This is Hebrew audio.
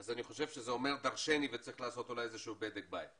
אני חושב שזה אומר דרשני וצריך אולי לעשות בדק בית.